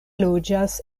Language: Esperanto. loĝas